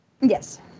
Yes